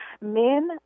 Men